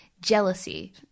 jealousy